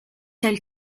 tels